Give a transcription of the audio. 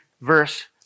verse